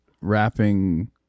rapping